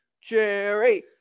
Jerry